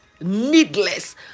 needless